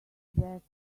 back